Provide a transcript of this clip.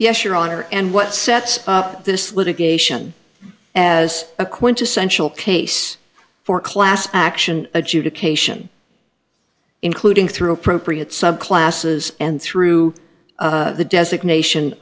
yes your honor and what sets this litigation as a quintessential case for class action adjudication including through appropriate subclasses and through the designation